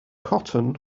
cotton